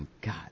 God